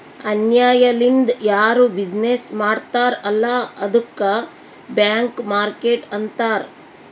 ಅನ್ಯಾಯ ಲಿಂದ್ ಯಾರು ಬಿಸಿನ್ನೆಸ್ ಮಾಡ್ತಾರ್ ಅಲ್ಲ ಅದ್ದುಕ ಬ್ಲ್ಯಾಕ್ ಮಾರ್ಕೇಟ್ ಅಂತಾರ್